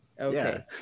Okay